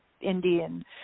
Indian